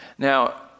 Now